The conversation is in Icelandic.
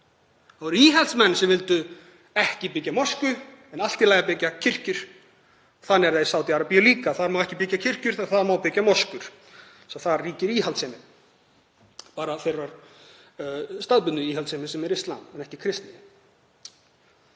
Það voru íhaldsmenn sem vildu ekki byggja mosku en allt í lagi að byggja kirkjur. Þannig er það í Sádi-Arabíu líka. Þar má ekki byggja kirkjur en það má byggja moskur. Þar ríkir íhaldssemi, sú staðbundna íhaldssemi sem er íslam en ekki kristni.